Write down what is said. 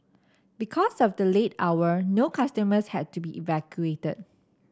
because of the late hour no customers had to be evacuated